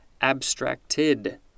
abstracted